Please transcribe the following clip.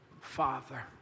father